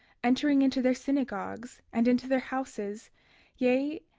entering into their synagogues, and into their houses yea,